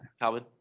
Calvin